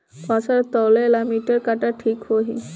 फसल तौले ला मिटर काटा ठिक होही?